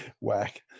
Whack